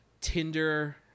Tinder